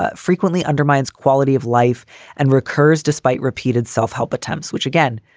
ah frequently undermines quality of life and recurs despite repeated self-help attempts, which again,